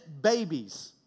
babies